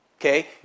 Okay